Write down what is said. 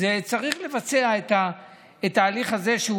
אז צריך לבצע את ההליך הזה,